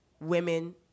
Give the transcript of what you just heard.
women